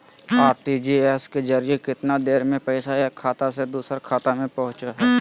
RTGS के जरिए कितना देर में पैसा एक खाता से दुसर खाता में पहुचो है?